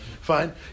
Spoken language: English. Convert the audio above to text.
Fine